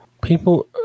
People